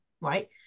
Right